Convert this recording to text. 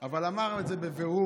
אבל הוא אמר את זה בבירור.